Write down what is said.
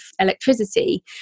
electricity